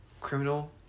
criminal